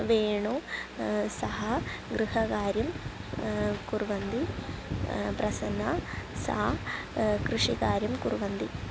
वेणुः सः गृहकार्यं कुर्वन्ति प्रसन्न सा कृषिकार्यं कुर्वन्ति